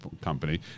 company